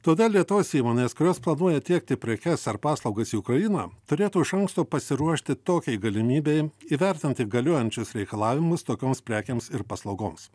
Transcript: todėl lietuvos įmonės kurios planuoja tiekti prekes ar paslaugas į ukrainą turėtų iš anksto pasiruošti tokiai galimybei įvertinti galiojančius reikalavimus tokioms prekėms ir paslaugoms